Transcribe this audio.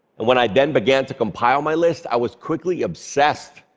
and when i then began to compile my list, i was quickly obsessed,